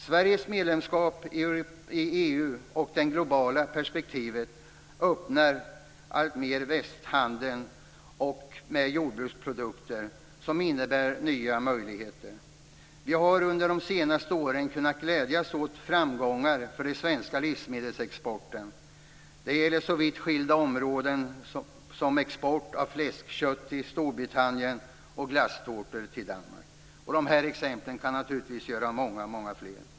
Sveriges medlemskap i EU och det globala perspektivet öppnar alltmer västhandeln med jordbruksprodukter, vilket innebär nya möjligheter. Vi har under de senaste åren kunnat glädjas åt framgångar för den svenska livsmedelsexporten. Det gäller så vitt skilda områden som export av fläskkött till Storbritannien och glasstårtor till Danmark. De här exemplen kan naturligtvis göras många fler.